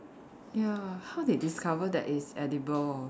ya how they discover that it's edible